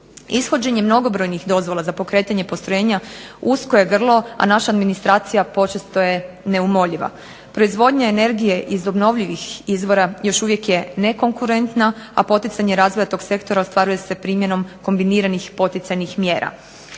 Ishođenjem mnogobrojnih dozvola za pokretanje postrojenja usko je grlo, a naša administracija počesto je neumoljiva. Proizvodnja energije iz obnovljivih izvora još uvijek je nekonkurentna, a poticanje razvoja tog sektora ostvaruje se primjenom kombiniranih poticajnih mjera.